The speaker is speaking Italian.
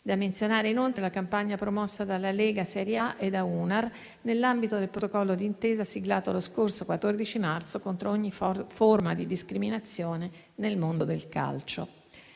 Da menzionare inoltre la campagna promossa dalla Lega Serie A e da UNAR nell'ambito del protocollo d'intesa siglato lo scorso 14 marzo, contro ogni forma di discriminazione nel mondo del calcio.